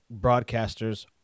Broadcasters